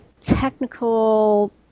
technical